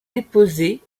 déposé